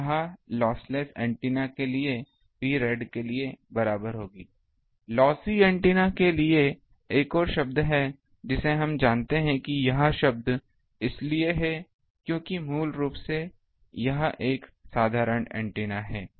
तो यह lossless antenna के लिए Prad के बराबर होगा लॉस एंटीना के लिए एक और शब्द है जिसे हम जानते हैं कि यह शब्द इसलिए है क्योंकि मूल रूप से यह एक साधारण एंटीना है